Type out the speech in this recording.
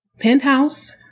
Penthouse